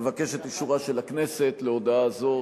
אבקש את אישורה של הכנסת להודעה זו.